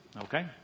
Okay